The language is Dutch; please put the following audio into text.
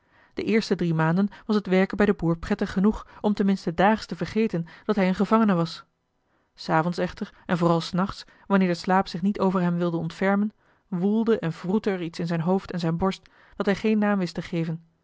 de eerste drie maanden was het werken bij den boer prettig genoeg om ten minste daags te vergeten dat hij een gevangene was s avonds echter en vooral s nachts wanneer de slaap zich niet over hem wilde ontfermen woelde en wroette er iets in zijn hoofd en zijn borst dat hij geen naam wist te geven